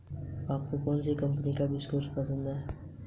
भारत में कुल कितनी योजनाएं हैं?